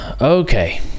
Okay